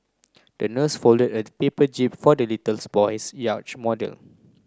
the nurse folded a paper jib for the little boy's yacht model